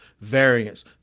variance